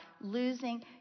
losing